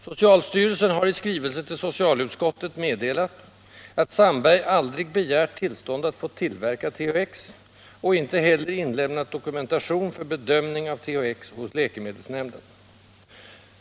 Socialstyrelsen har i skrivelse till socialutskottet meddelat att Sandberg aldrig begärt tillstånd att få tillverka THX, ej heller inlämnat dokumentation för bedömning av THX hos läkemedelsnämnden.